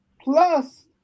plus